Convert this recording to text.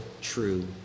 true